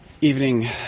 evening